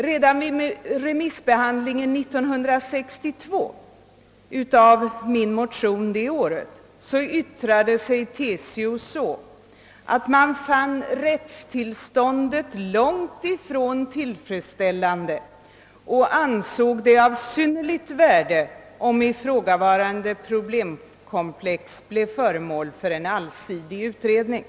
Redan vid remissbehandlingen av den motion i ärendet som jag väckte 1962 uttalade TCO att organisationen fann rättstillståndet på området långtifrån tillfredsställande och ansåg att det skulle vara av synnerligt värde om ifrågavarande problemkomplex blev föremål för en allsidig utredning.